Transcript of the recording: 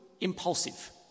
impulsive